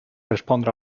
respondre